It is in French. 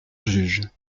juge